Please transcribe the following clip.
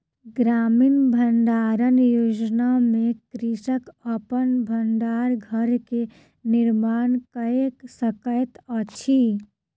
ग्रामीण भण्डारण योजना में कृषक अपन भण्डार घर के निर्माण कय सकैत अछि